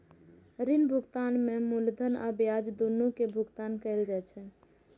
ऋण भुगतान में मूलधन आ ब्याज, दुनू के भुगतान कैल जाइ छै